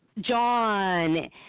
John